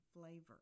flavor